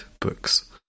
books